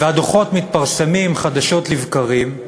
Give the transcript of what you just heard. והדוחות מתפרסמים חדשות לבקרים,